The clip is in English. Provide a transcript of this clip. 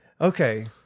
okay